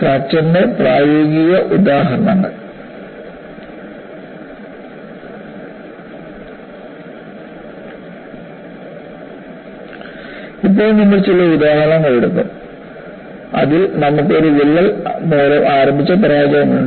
ഫ്രാക്ചർന്റെ പ്രായോഗിക ഉദാഹരണങ്ങൾ ഇപ്പോൾ നമ്മൾ ചില ഉദാഹരണങ്ങൾ എടുക്കും അതിൽ നമുക്ക് ഒരു വിള്ളൽ മൂലം ആരംഭിച്ച പരാജയങ്ങളുണ്ട്